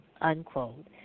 unquote